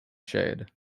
shade